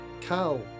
Cal